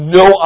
no